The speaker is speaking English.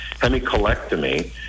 hemicolectomy